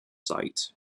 site